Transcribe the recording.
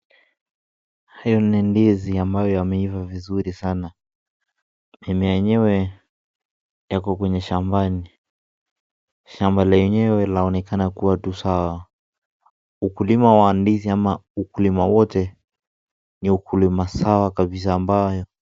Haya ni ndizi ambayo yameifaa vizuri sana mimea yenyewe yako kwenye shambani , shamba lenyewe linaonekana kuwa tu sawa ukulima wa ndizi ama ukulima wote ni ukulima sawa kabisa ambayo.